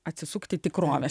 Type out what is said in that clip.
atsisukti tikrovė